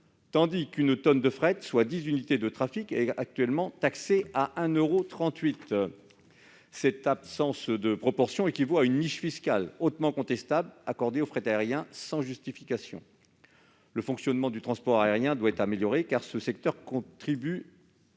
tandis qu'une tonne de fret, soit dix unités de trafic, est actuellement taxée à 1,38 euro. Cette absence de proportion équivaut à une niche fiscale hautement contestable accordée au fret aérien, sans justification. Le fonctionnement du transport aérien doit être amélioré, car ce secteur contribue beaucoup, eu